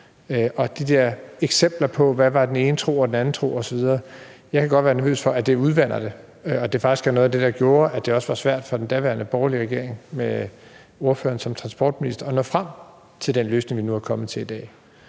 til de der eksempler på den ene tro og den anden tro osv., kan jeg godt være nervøs for, at det udvander det, og at det faktisk er noget af det, der gjorde, at det også var svært for den daværende borgerlige regering med ordføreren som transportminister at nå frem til den løsning, vi nu er kommet til i dag.